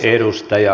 arvoisa puhemies